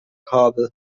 kabel